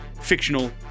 fictional